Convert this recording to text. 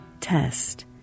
test